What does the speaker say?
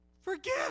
forgive